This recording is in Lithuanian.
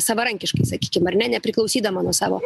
savarankiškai sakykim ar ne nepriklausydama nuo savo